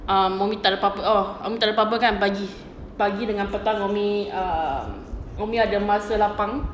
um mummy takde apa-apa oh mummy takde apa-apa kan pagi pagi dengan petang mummy err umi ada masa lapang